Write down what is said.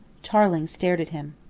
tarling stared at him.